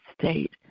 state